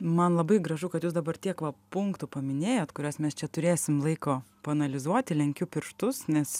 man labai gražu kad jūs dabar tiek va punktų paminėjot kuriuos mes čia turėsim laiko paanalizuoti lenkiu pirštus nes